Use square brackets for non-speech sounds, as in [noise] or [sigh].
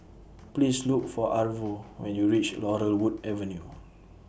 [noise] Please Look For Arvo when YOU REACH Laurel Wood Avenue